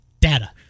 Data